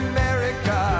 America